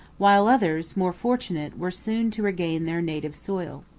while others, more fortunate, were soon to regain their native soil.